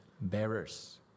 bearers